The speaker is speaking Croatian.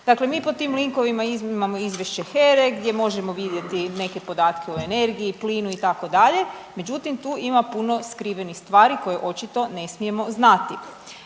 Dakle, mi po tim linkovima imamo izvješće HERA-e gdje možemo vidjeti neke podatke o energiji, plinu itd., međutim tu ima puno skrivenih stvari koje očito ne smijemo znati.